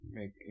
Make